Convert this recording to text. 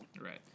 Right